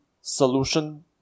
solution